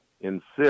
insist